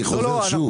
אני חוזר שוב.